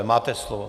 Máte slovo.